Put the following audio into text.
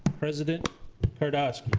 president kardoskee?